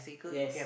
yes